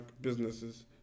businesses